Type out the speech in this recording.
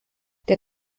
der